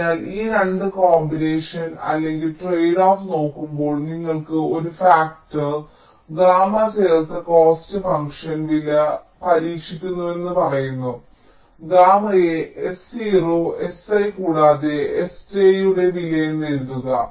അതിനാൽ ഈ 2 കോമ്പിനേഷൻ അല്ലെങ്കിൽ ട്രേഡ്ഓഫ് നോക്കുമ്പോൾ നിങ്ങൾ ഒരു ഫാക്ടർ ഗാമാ ചേർത്ത് കോസ്റ്റ് ഫംഗ്ഷൻ പരിഷ്കരിക്കുന്നുവെന്ന് പറയുന്നു ഗാമയെ s0 si കൂടാതെ si sjയുടെ വില എന്ന് എഴുതുക